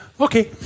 okay